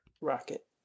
Rocket